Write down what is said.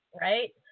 right